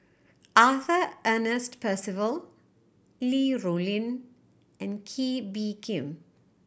Arthur Ernest Percival Li Rulin and Kee Bee Khim